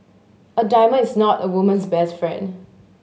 a diamond is not a woman's best friend